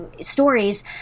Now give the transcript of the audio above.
stories